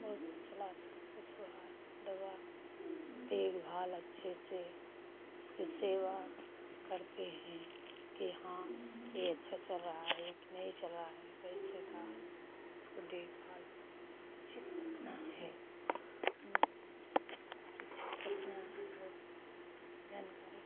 वह चलाते पशुहार दवा देखभाल अच्छे से उसके सेवा करते हैं कि हाँ यह अच्छा चर रहा है कि नहीं चर रहा है कैसे क्या उसकी देखभाल सुरक्षित रखना है हं सुरक्षित रखना है और जानकारी